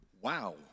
Wow